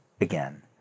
again